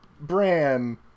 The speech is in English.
bran